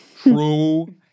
true